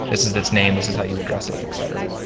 this is its name. this is how you address it, etc.